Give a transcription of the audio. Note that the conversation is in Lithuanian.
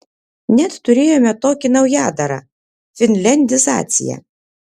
net turėjome tokį naujadarą finliandizacija